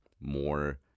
more